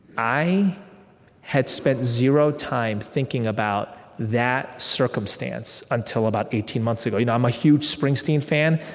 i had spent zero time thinking about that circumstance until about eighteen months ago. you know i'm a huge springsteen fan.